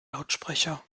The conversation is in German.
lautsprecher